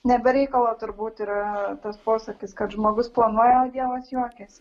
ne be reikalo turbūt yra tas posakis kad žmogus planuoja o dievas juokiasi